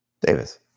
Davis